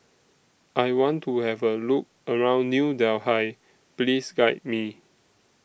I want to Have A Look around New Delhi Please Guide Me